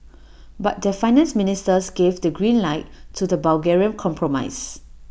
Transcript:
but their finance ministers gave the green light to the Bulgarian compromise